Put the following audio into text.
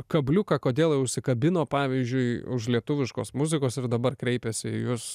kabliuką kodėl jie užsikabino pavyzdžiui už lietuviškos muzikos ir dabar kreipiasi į jus